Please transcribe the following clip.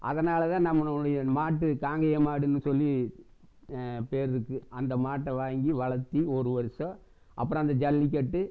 அதனால் தான் நம்மளுடைய மாட்டு காங்கேய மாடுன்னு சொல்லி பேர் இருக்கு அந்த மாட்டை வாங்கி வளர்த்தி ஒரு வருஷம் அப்புறம் அந்த ஜல்லிக்கட்டு